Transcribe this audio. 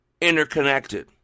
Interconnected